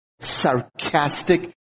sarcastic